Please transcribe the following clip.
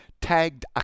tagged